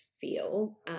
feel